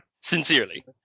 Sincerely